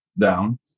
down